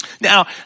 Now